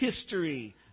history